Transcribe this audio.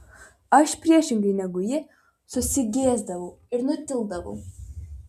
aš priešingai negu ji susigėsdavau ir nutildavau